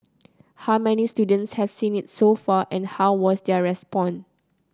how many students have seen it so far and how was their response